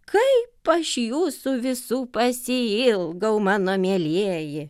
kaip aš jūsų visų pasiilgau mano mielieji